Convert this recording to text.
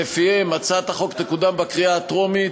ולפיהם הצעת החוק תקודם בקריאה הטרומית,